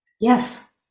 yes